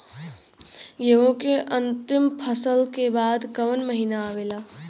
गेहूँ के अंतिम फसल के बाद कवन महीना आवेला?